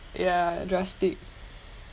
ya drastic